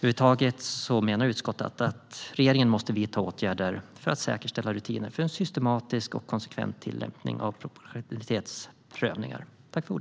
Utskottet menar överlag att regeringen måste vidta åtgärder för att säkerställa rutiner för en systematisk och konsekvent tillämpning av proportionalitetsprövningar.